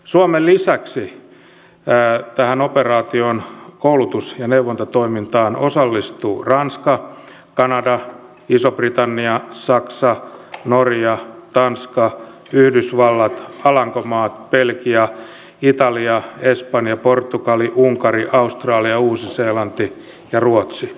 suomen lisäksi tämän operaation koulutus ja neuvontatoimintaan osallistuvat ranska kanada iso britannia saksa norja tanska yhdysvallat alankomaat belgia italia espanja portugali unkari australia uusi seelanti ja ruotsi